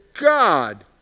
God